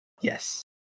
Yes